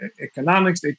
economics